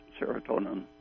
serotonin